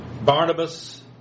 Barnabas